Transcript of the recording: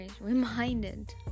reminded